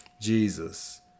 Jesus